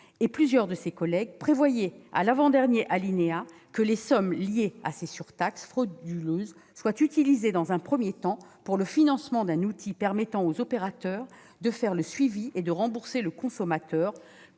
et plusieurs de ses collègues, prévoyait, dans son avant-dernier alinéa, que les sommes liées à ces surtaxes frauduleuses seraient utilisées dans un premier temps pour le financement d'un outil permettant aux opérateurs de réaliser un suivi et de rembourser le consommateur.